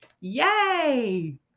Yay